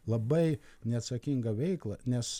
labai neatsakingą veiklą nes